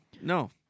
no